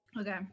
Okay